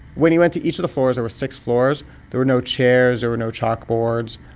when you went to each of the floors there were six floors there were no chairs, there were no chalkboards.